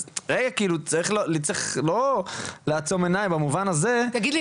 אז צריך לא לעצום עיניים במובן הזה --- תגיד לי,